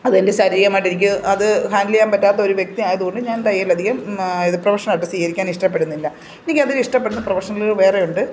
അതെൻ്റെ ശാരീരികമായിട്ടെനിക്ക് അത് ഹാൻഡിലീയ്യാന് പറ്റാത്തൊരു വ്യക്തിയായതുകൊണ്ട് ഞാൻ തയ്യലധികം ഇത് പ്രൊഫഷനായിട്ട് സ്വീകരിക്കാൻ ഇഷ്ടപ്പെടുന്നില്ല എനിക്കത് ഇഷ്ടപ്പെടുന്ന പ്രൊഫെഷനുകൾ വേറെ ഉണ്ട്